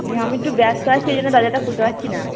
আমি একটু ব্যস্ত আছি জন্য দরজাটা খুলতে পারছি না